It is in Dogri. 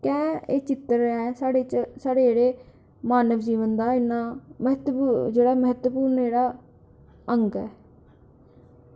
कैंह् एह् चित्तर ऐ साढ़े जेह्ड़े मानव जीवन दा इ'यां जेह्ड़ा म्हत्तवपूर्ण जेह्ड़ा अंग ऐ